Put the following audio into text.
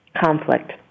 conflict